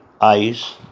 eyes